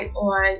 on